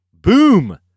boom